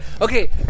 Okay